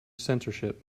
censorship